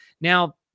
Now